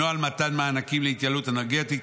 נוהל מתן מענקים להתייעלות אנרגטית.